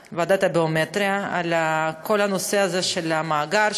הביומטריה על כל הנושא הזה של המאגר,